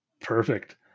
perfect